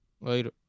Later